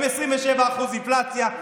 עם 27% אינפלציה,